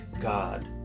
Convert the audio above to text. God